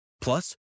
Plus